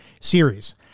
series